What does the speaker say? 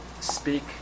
speak